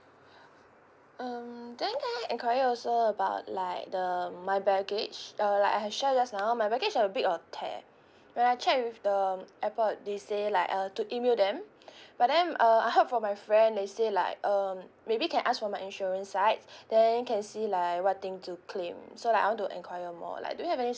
um then can I enquire also about like the my baggages err like I'd shared just now my baggage a bit of tear when I checked with the airport they said like uh to email them but then uh I heard from my friend they said like um maybe can ask for my insurance side then can see like what thing to claim so I want to inquire more like do you have any